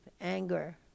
anger